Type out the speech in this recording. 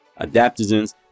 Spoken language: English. adaptogens